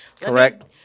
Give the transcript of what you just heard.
Correct